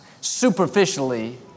superficially